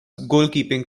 goalkeeping